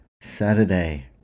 Saturday